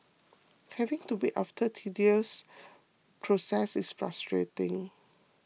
having to wait after the tedious process is frustrating